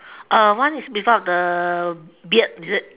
uh one is without the beard is it